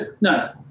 no